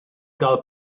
gael